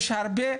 יש הרבה,